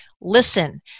listen